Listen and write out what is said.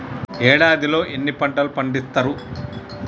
ఏడాదిలో ఎన్ని పంటలు పండిత్తరు?